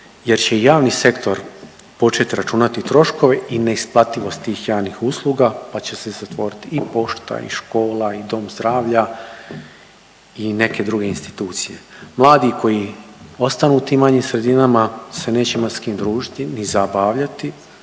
jer će javni sektor početi računati troškove i neisplativost tih javnih usluga, pa će se zatvoriti i pošta i škola i dom zdravlja i neke druge institucije. Mladi koji ostanu u tim manjim sredinama se neće imati s kim družiti, ni zabavljati,